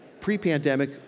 Pre-pandemic